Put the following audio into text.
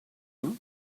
you